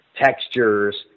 textures